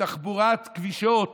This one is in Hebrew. תחבורת כבישות